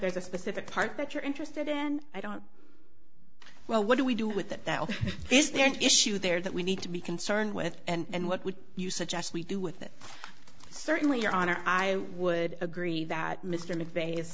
there's a specific part that you're interested in i don't well what do we do with that is there an issue there that we need to be concerned with and what would you suggest we do with it certainly your honor i would agree that mr mcveigh his